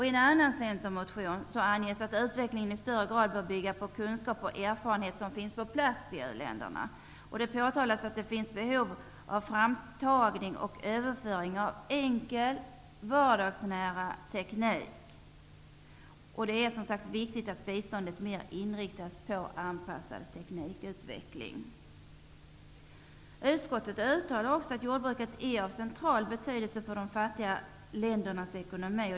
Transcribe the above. I en annan centermotion anges att utvecklingen i högre grad bör bygga på kunskap och erfarenhet som finns på plats i u-länderna. Det påpekas att det finns behov av framtagning och överföring av enkel vardagsnära teknik. Det är viktigt att biståndet mera kan inriktas på anpassad teknikutveckling. Utskottet uttalar att jordbruket är av central betydelse för de fattiga ländernas ekonomi.